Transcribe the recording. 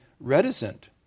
reticent